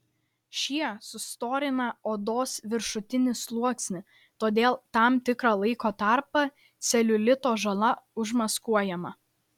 šie sustorina odos viršutinį sluoksnį todėl tam tikrą laiko tarpą celiulito žala užmaskuojama